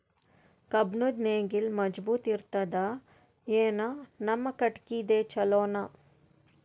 ಕಬ್ಬುಣದ್ ನೇಗಿಲ್ ಮಜಬೂತ ಇರತದಾ, ಏನ ನಮ್ಮ ಕಟಗಿದೇ ಚಲೋನಾ?